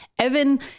Evan